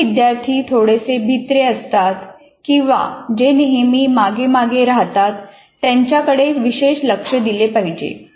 जे विद्यार्थी थोडेसे भित्रे असतात किंवा जे नेहमी मागेमागे राहतात त्यांच्याकडे विशेष लक्ष दिले पाहिजे